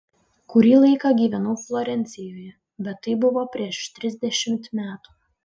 kurį laiką gyvenau florencijoje bet tai buvo prieš trisdešimt metų